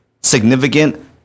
significant